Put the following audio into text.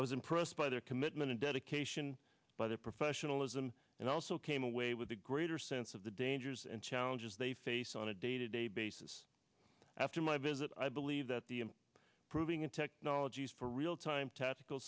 i was impressed by their commitment and dedication by their professionalism and i also came away with a greater sense of the dangers and challenges they face on a day to day basis after my visit i believe that the proving in technologies for real time tactical